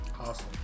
Awesome